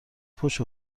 پشت